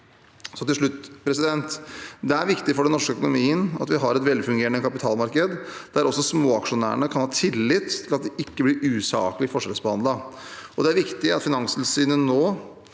Til slutt: Det er viktig for den norske økonomien at vi har et velfungerende kapitalmarked, der også småaksjonærene kan ha tillit til at de ikke blir usaklig forskjellsbehandlet. Det er viktig at Finanstilsynet nå